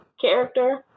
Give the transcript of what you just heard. character